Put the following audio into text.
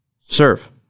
serve